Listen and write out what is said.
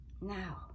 Now